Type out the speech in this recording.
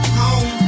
home